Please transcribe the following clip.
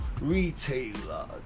retailer